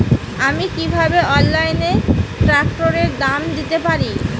আমি কিভাবে অনলাইনে ট্রাক্টরের দাম দেখতে পারি?